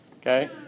Okay